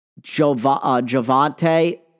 Javante